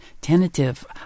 tentative